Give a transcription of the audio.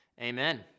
Amen